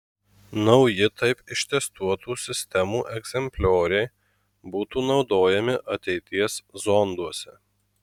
nauji taip ištestuotų sistemų egzemplioriai būtų naudojami ateities zonduose